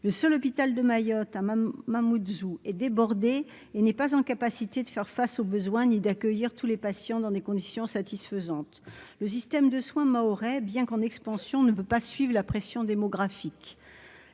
le seul hôpital de Mayotte à Mamoudzou est débordé et n'est pas en capacité de faire face aux besoins ni d'accueillir tous les patients dans des conditions satisfaisantes, le système de soins mahorais, bien qu'en expansion ne veut pas suivent la pression démographique,